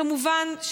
כמובן,